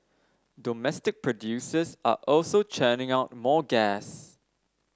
domestic producers are also churning out more gas